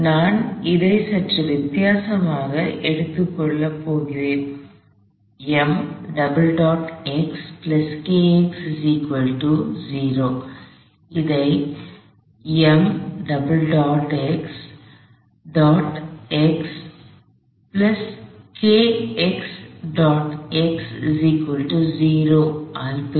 எனவே நான் இதை சற்று வித்தியாசமாக எடுத்துக் கொள்ளப் போகிறேன் இதை ஆல் பெருக்கப் போகிறேன்